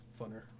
funner